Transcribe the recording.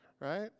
right